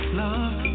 love